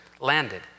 landed